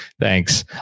Thanks